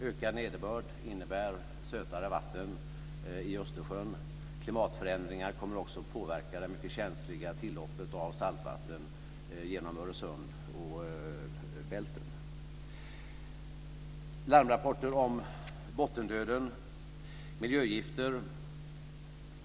Ökad nederbörd innebär sötare vatten i Östersjön. Klimatförändringar kommer också att påverka det mycket känsliga tilloppet av saltvatten genom Öresund och Bälten. Det har kommit larmrapporter om bottendöden och miljögifter.